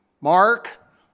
mark